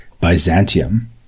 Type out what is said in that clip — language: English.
Byzantium